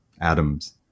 atoms